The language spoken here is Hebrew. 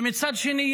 ומצד שני,